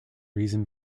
reason